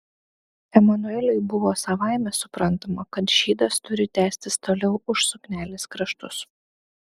emanueliui buvo savaime suprantama kad šydas turi tęstis toliau už suknelės kraštus